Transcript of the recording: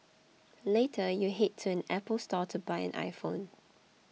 later you head to an Apple Store to buy an iPhone